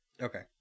Okay